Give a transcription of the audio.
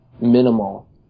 minimal